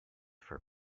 for